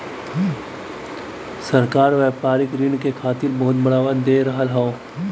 सरकार व्यापारिक ऋण के खातिर बहुत बढ़ावा दे रहल हौ